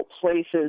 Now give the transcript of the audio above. places